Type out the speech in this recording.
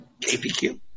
KPQ